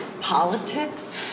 politics